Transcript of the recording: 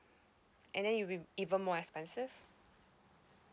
and then it'll be even more expensive